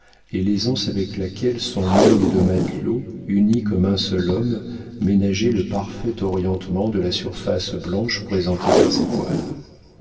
et l'aisance avec laquelle son monde de matelots unis comme un seul homme ménageaient le parfait orientement de la surface blanche présentée par ces voiles